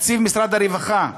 תקציב משרד הרווחה,